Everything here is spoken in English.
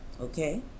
okay